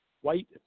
White